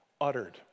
uttered